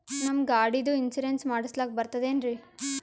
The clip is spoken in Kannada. ನಮ್ಮ ಗಾಡಿದು ಇನ್ಸೂರೆನ್ಸ್ ಮಾಡಸ್ಲಾಕ ಬರ್ತದೇನ್ರಿ?